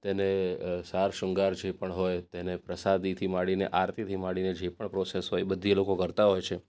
તેને સાર શૃંગાર જે પણ હોય તેને પ્રસાદીથી માંડીને આરતીથી માંડીને જે પણ પ્રોસેસ હોય એ બધી એ લોકો કરતા હોય છે